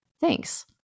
Thanks